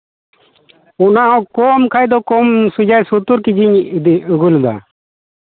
ᱚᱱᱟ ᱦᱚᱸ ᱠᱚᱢ ᱠᱷᱟᱱ ᱫᱚ ᱠᱚᱢ ᱥᱳᱛᱛᱳᱨ ᱠᱮᱡᱤᱧ ᱟᱹᱜᱩ ᱞᱮᱫᱟ